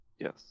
Yes